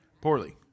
Poorly